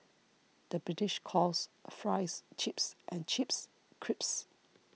the British calls Fries Chips and Chips Crisps